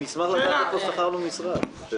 אני אשמח לדעת איפה שכרנו משרד.